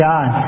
God